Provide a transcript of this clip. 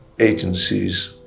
agencies